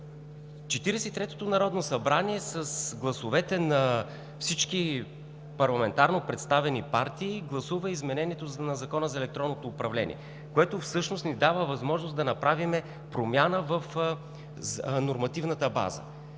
третото народно събрание с гласовете на всички парламентарно представени партии гласува изменението на Закона за електронното управление, което всъщност ни дава възможност да направим промяна в нормативната база,